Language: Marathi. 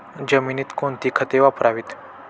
जमिनीत कोणती खते वापरावीत?